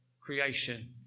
creation